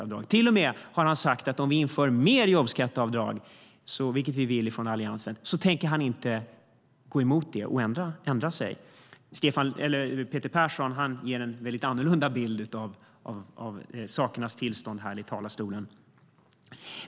Han har till och med sagt att om vi inför fler jobbskatteavdrag, vilket vi från Alliansen vill, tänker han inte gå emot det och ändra sig. Peter Persson ger en mycket annorlunda bild av sakernas tillstånd här i talarstolen.